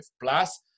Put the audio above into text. plus